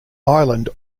ireland